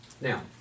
Now